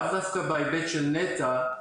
לאו דווקא בהיבט של נת"ע,